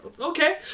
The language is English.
okay